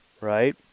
right